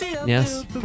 Yes